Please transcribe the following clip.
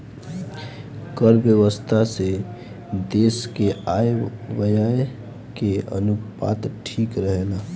कर व्यवस्था से देस के आय व्यय के अनुपात ठीक रहेला